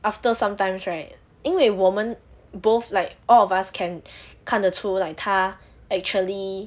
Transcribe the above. after some times right 因为我们 both like all of us can 看得出她 like actually